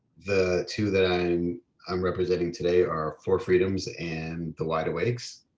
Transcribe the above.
the two that i'm i'm representing today are four freedoms. and the light awakes,